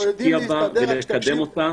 להשקיע בה ולקדם אותה.